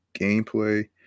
gameplay